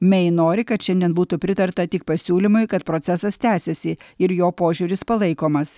mei nori kad šiandien būtų pritarta tik pasiūlymui kad procesas tęsiasi ir jo požiūris palaikomas